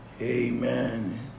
Amen